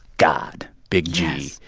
god big g. yes.